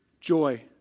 joy